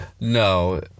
No